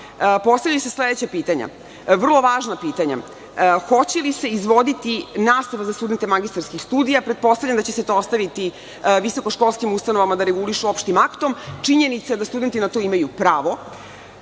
postavljaju se sledeća pitanja, vrlo važna pitanja. Hoće li se izvoditi nastava za studente magistarskih studija? Pretpostavljam da će se to ostaviti visokoškolskim ustanovama da regulišu opštim aktom. Činjenica je da studenti na to imaju pravo.